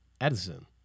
Edison